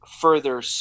further